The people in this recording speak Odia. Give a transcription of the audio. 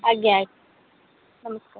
ଆଜ୍ଞା ନମସ୍କାର